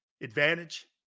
Advantage